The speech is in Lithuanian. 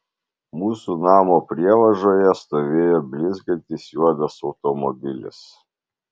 mūsų namo prievažoje stovėjo blizgantis juodas automobilis